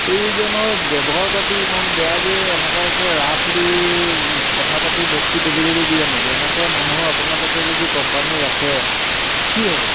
এইজনৰ ব্যৱহাৰ পাতি ইমান বেয়া যে এনকুৱাকৈ ৰাফলি কথা পাতি বস্তু ডেলিভাৰী দিয়ে নেকি এনেকৈ মানুহক আপোনালোকে যদি কোম্পানী ৰাখে কি হ'ব